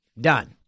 Done